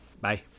Bye